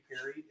Perry